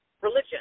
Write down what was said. religion